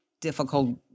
difficult